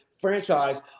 franchise